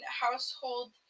household